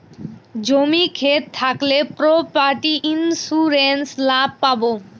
জমি ক্ষেত থাকলে প্রপার্টি ইন্সুরেন্স লাভ পাবো